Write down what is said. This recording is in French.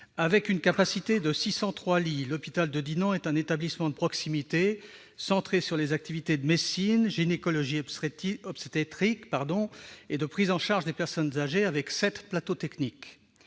Avec une capacité de 603 lits, l'hôpital de Dinan est un établissement de proximité centré sur les activités de médecine, de gynécologie-obstétrique et de prise en charge des personnes âgées. Il compte 7 plateaux techniques.